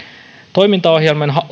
toimintaohjelman